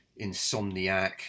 insomniac